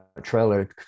trailer